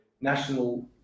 national